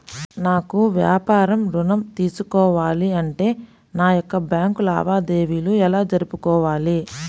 నాకు వ్యాపారం ఋణం తీసుకోవాలి అంటే నా యొక్క బ్యాంకు లావాదేవీలు ఎలా జరుపుకోవాలి?